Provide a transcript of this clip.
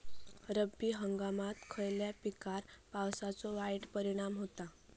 रब्बी हंगामात खयल्या पिकार पावसाचो वाईट परिणाम होता?